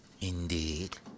Indeed